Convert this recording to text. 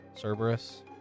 Cerberus